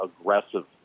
aggressive